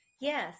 yes